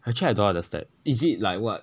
actually I don't understand is it like [what]